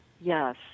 Yes